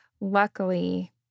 luckily